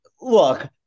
look